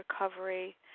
recovery